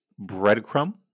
breadcrumb